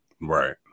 Right